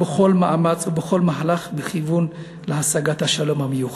בכל מאמץ ובכל מהלך בכיוון השגת השלום המיוחל.